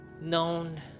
known